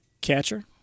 catcher